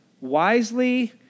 wisely